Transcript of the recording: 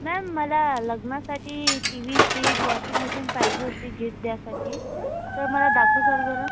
ma'am मला लग्नासाठी T V fridge washing machine पाहिजे होती गिफ्ट द्यायसाठी तर मला दाखवाल बरं